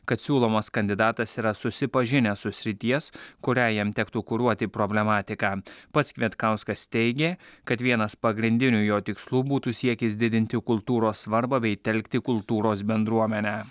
kad siūlomas kandidatas yra susipažinęs su srities kurią jam tektų kuruoti problematika pats kvietkauskas teigė kad vienas pagrindinių jo tikslų būtų siekis didinti kultūros svarbą bei telkti kultūros bendruomenę